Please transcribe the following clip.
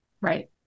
Right